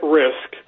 risk